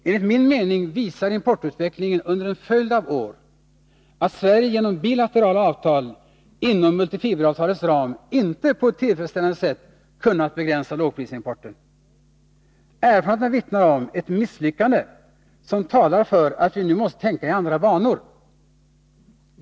Enligt min mening visar importutvecklingen under en följd av år att Sverige genom bilaterala avtal inom multifiberavtalets ram inte på ett tillfredsställande sätt kunnat begränsa lågprisimporten. Erfarenheterna vittnar om ett misslyckande som talar för att vi nu måste tänka i andra banor.